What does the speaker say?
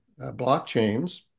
blockchains